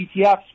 ETFs